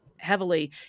heavily